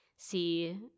see